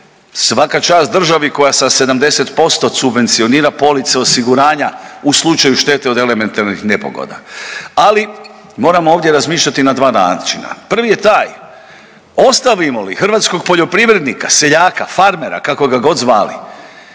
Svaka čast državi koja sa 70% subvencionira police osiguranja u slučaju štete od elementarnih nepogoda, ali moramo ovdje razmišljati na dva načina. Prvi je taj, ostavimo li hrvatskog poljoprivrednika, seljaka, farmera kako ga god zvali